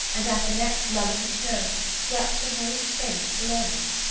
and at the next lull of the snow swept the whole space below us.